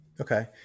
Okay